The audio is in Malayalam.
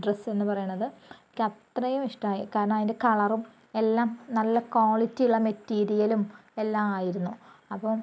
ഡ്രസ്സ് എന്ന് പറയണത് എനിക്ക് അത്രയും ഇഷ്ടമായി കാരണം അതിൻ്റെ കളറും എല്ലാം നല്ല ക്വാളിറ്റി ഉള്ള മെറ്റീരിയലും എല്ലാം ആയിരുന്നു അപ്പം